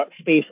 space